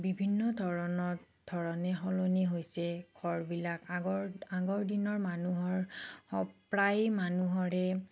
বিভিন্ন ধৰণৰ ধৰণে সলনি হৈছে ঘৰবিলাক আগৰ আগৰ দিনৰ মানুহৰ প্ৰায় মানুহৰে